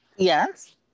yes